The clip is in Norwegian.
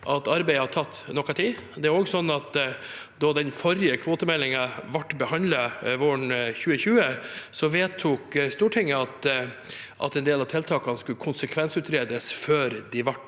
arbeidet har tatt noe tid. Da den forrige kvotemeldingen ble behandlet våren 2020, vedtok Stortinget at en del av tiltakene skulle konsekvensutredes før de ble